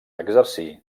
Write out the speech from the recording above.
exercir